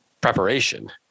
preparation